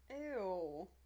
Ew